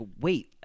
wait